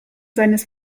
seines